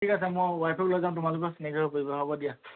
ঠিক আছে মই ৱাইফক লগত লৈ যাম